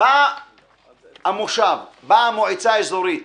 בא המושב, באה המועצה האזורית --- המדינה.